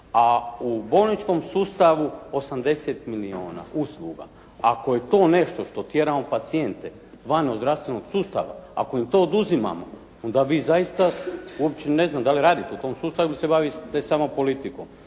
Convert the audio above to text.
A u bolničkom sustavu 80 milijuna usluga. Ako je to nešto što tjeramo pacijente van zdravstvenog sustava, ako im to oduzimamo, onda vi zaista uopće ne znam da li radite u tom sustavu ili se bavite samo politikom.